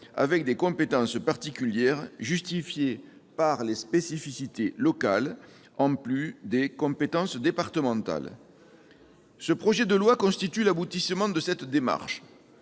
avec des compétences particulières, justifiées par les spécificités locales, en plus des compétences départementales. Le présent projet de loi constitue l'aboutissement de cette démarche.